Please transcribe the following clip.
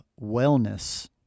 wellness